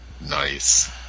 Nice